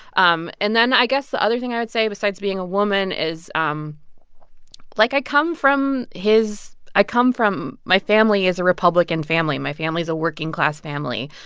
um and then, i guess, the other thing i would say, besides being a woman, is um like, i come from his i come from my family is a republican family. my family is a working-class family.